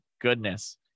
goodness